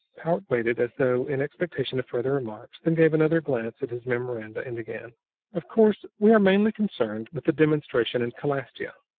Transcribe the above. powart waited, as though in expectation of further remarks, then gave another glance at his memoranda and began of course, we are mainly concerned with the demonstration in calastia.